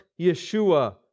Yeshua